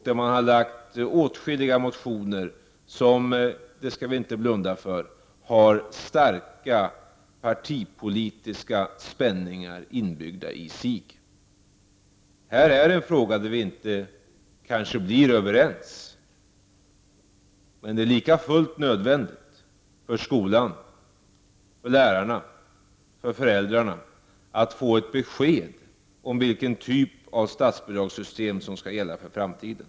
Det har väckts åtskilliga motioner som — det skall vi inte blunda för — har starka partipolitiska spänningar inbyggda i sig. Det här är en fråga där vi kanske inte blir överens, men det är likafullt nödvändigt för skolan, för lärarna och för föräldrarna att få ett besked om vilken typ av statsbidragssystem som skall gälla för framtiden.